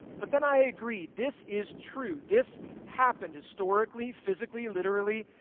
but then i agree. this is true. this happened historically, physically, literally,